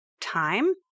time